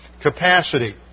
capacity